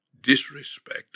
disrespect